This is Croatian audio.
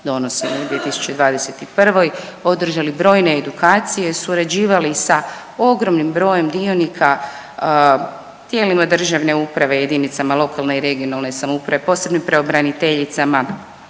donosili u 2021., održali brojne edukacije, surađivali sa ogromnim brojem dionika tijelima državne uprave, jedinicama lokalne i regionalne samouprave, posebno pravobraniteljicama,